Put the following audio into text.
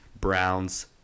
Browns